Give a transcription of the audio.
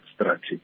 strategy